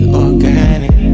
organic